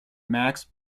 max